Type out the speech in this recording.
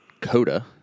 Coda